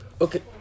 Okay